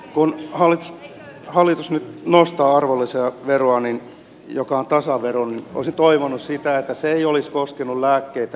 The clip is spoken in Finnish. kun hallitus nyt nostaa arvonlisäveroa joka on tasavero niin olisin toivonut sitä että se ei olisi koskenut lääkkeitä ja ruokaa